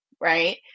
right